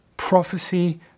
Prophecy